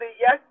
yes